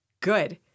good